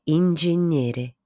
ingegnere